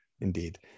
indeed